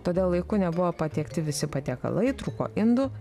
todėl laiku nebuvo patiekti visi patiekalai trūko indų